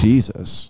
Jesus